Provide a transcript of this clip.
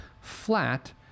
Flat